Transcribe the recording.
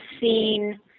seen